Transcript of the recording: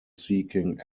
seeking